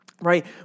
right